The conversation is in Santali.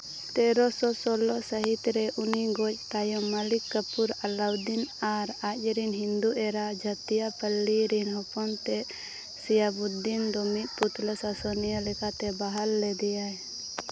ᱛᱮᱨᱚ ᱥᱚ ᱥᱳᱞᱞᱳ ᱥᱟᱹᱦᱤᱛ ᱨᱮ ᱩᱱᱤ ᱜᱚᱡ ᱛᱟᱭᱚᱢ ᱢᱟᱹᱞᱤᱠ ᱠᱟᱹᱯᱩᱨ ᱟᱞᱟᱣᱩᱫᱫᱤᱱ ᱟᱨ ᱟᱡᱨᱤᱱ ᱦᱤᱱᱫᱩ ᱮᱨᱟ ᱡᱟᱹᱛᱤᱭᱟ ᱯᱚᱞᱞᱤ ᱨᱮᱱ ᱦᱚᱯᱚᱱ ᱛᱮᱫ ᱥᱮᱭᱟ ᱩᱫᱽᱫᱤᱱ ᱫᱚ ᱢᱤᱫ ᱯᱩᱛᱞᱟᱹ ᱥᱟᱥᱚᱱᱤᱭᱟᱹ ᱞᱮᱠᱟᱛᱮ ᱵᱟᱦᱟᱞ ᱞᱮᱫᱮᱭᱟᱭ